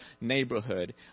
neighborhood